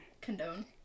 Condone